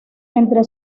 entre